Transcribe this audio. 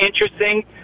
interesting